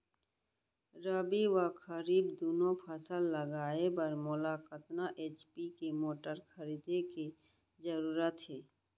रबि व खरीफ दुनो फसल लगाए बर मोला कतना एच.पी के मोटर खरीदे के जरूरत हे?